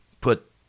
put